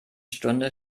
stunde